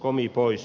komi pois